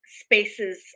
Spaces